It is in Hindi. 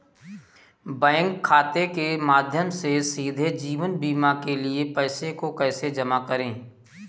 बैंक खाते के माध्यम से सीधे जीवन बीमा के लिए पैसे को कैसे जमा करें?